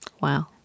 Wow